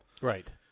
Right